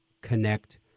connect